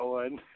one